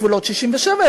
גבולות 67',